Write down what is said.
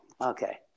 Okay